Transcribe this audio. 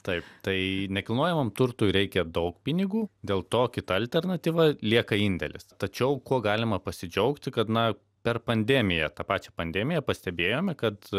taip tai nekilnojamam turtui reikia daug pinigų dėl to kita alternatyva lieka indėlis tačiau kuo galima pasidžiaugti kad na per pandemiją tą pačią pandemiją pastebėjome kad